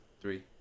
Three